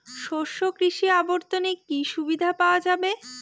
শস্য কৃষি অবর্তনে কি সুবিধা পাওয়া যাবে?